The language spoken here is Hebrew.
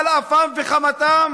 על אפם ועל חמתם?